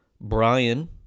Brian